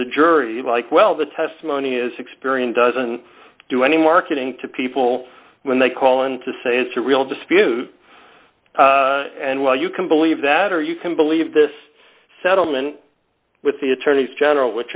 the jersey like well the testimony is experian doesn't do any marketing to people when they call in to say it's a real dispute and well you can believe that or you can believe this settlement with the attorneys general which